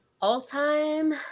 All-time